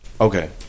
Okay